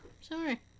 sorry